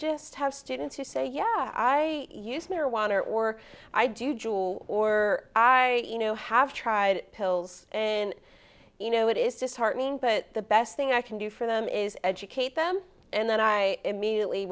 just have students who say yeah i use marijuana or i do you or i you know have tried pills and you know it is disheartening but the best thing i can do for them is educate them and then i immediately